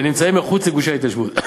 נמצאים מחוץ לגושי ההתיישבות.